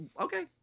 okay